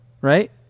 right